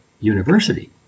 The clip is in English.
University